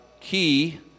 key